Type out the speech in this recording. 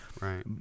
Right